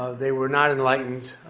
they were not enlightened.